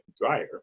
dryer